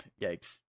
Yikes